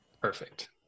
perfect